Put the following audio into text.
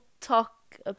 talk